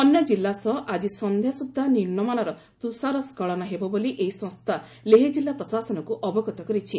ଅନ୍ୟ ଜିଲ୍ଲା ସହ ଆଜି ସନ୍ଧ୍ୟା ସୁଦ୍ଧା ନିମ୍ନମାନର ତୁଷାର ସ୍କଳନ ହେବ ବୋଲି ଏହି ସଂସ୍ଥା ଲେହ ଜିଲ୍ଲା ପ୍ରଶାସନକୁ ଅବଗତ କରିଛି